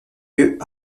lieues